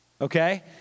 Okay